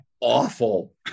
awful